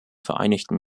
vereinigten